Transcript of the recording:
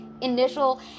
initial